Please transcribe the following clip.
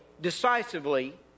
decisively